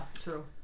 true